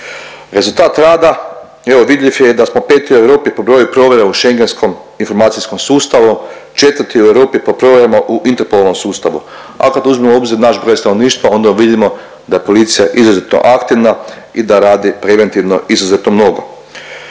Rezultat rada evo vidljiv je i da smo 5. u Europi po broju provjera u Schengenskom informacijskom sustavu, 4. u Europi po provjerama u Interpolovom sustavu, a kad uzmemo u obzir naš broj stanovništva, onda vidimo da je policija izuzetno aktivna i da radi preventivno izuzetno mnogo.